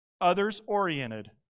others-oriented